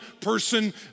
person